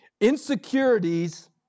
Insecurities